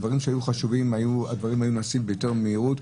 דברים שהיו חשובים נעשים ביותר מהירות.